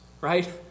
right